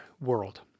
world